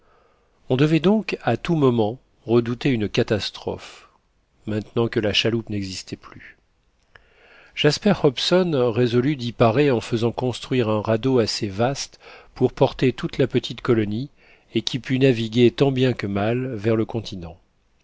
on devait donc à tout moment redouter une catastrophe maintenant que la chaloupe n'existait plus jasper hobson résolut d'y parer en faisant construire un radeau assez vaste pour porter toute la petite colonie et qui pût naviguer tant bien que mal vers le continent